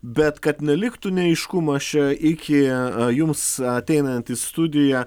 bet kad neliktų neaiškumo aš čia iki jums ateinant į studiją